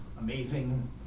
amazing